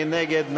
מי נגד?